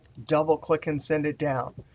double click and send it down.